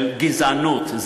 של גזענות,